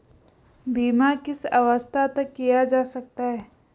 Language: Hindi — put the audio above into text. बीमा किस अवस्था तक किया जा सकता है?